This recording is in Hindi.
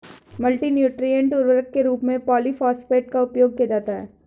मल्टी न्यूट्रिएन्ट उर्वरक के रूप में पॉलिफॉस्फेट का उपयोग किया जाता है